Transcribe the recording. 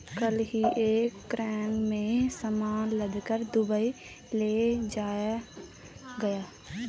कल ही एक कार्गो में सामान लादकर दुबई ले जाया गया